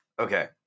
Okay